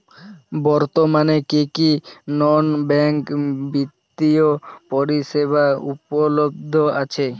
বর্তমানে কী কী নন ব্যাঙ্ক বিত্তীয় পরিষেবা উপলব্ধ আছে?